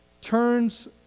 turns